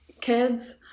kids